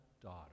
daughter